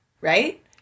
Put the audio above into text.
right